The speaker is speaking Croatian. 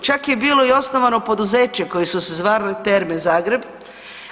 Čak je bilo i osnovano poduzeće koje su se zvale Terme Zagreb